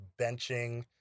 benching